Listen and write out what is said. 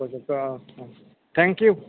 ससेखौ oh oh thank you